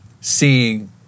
seeing